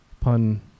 Pun